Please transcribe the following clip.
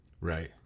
Right